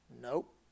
nope